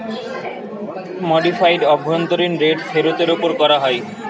modified অভ্যন্তরীন rate ফেরতের ওপর করা হয়